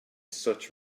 such